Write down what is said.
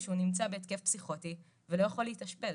שהוא נמצא בהתקף פסיכוטי ולא יכול להתאשפז.